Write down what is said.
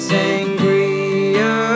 Sangria